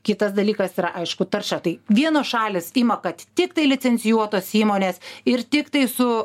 kitas dalykas yra aišku tarša tai vienos šalys ima kad tiktai licencijuotos įmonės ir tiktai su